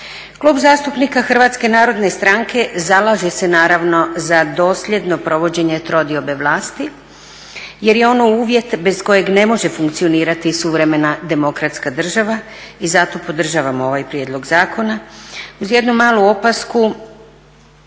Klub zastupnika Hrvatske narodne stranke zalaže se naravno za dosljedno provođenje trodiobe vlasti, jer je ono uvjet bez kojeg ne može funkcionirati suvremena demokratska država i zato podržavamo ovaj prijedlog zakona uz jednu malu opasku,